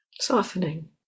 softening